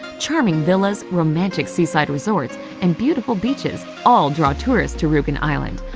charming villas, romantic seaside resorts and beautiful beaches all draw tourists to rugen island,